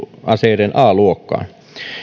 aseiden a luokkaan